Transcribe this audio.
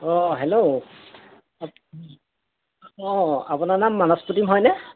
অঁ হেল্ল' অঁ আপোনাৰ নাম মানস প্ৰতীম হয়নে